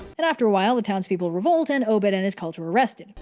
and after a while the townspeople revolt and obed and his cult were arrested.